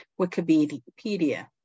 Wikipedia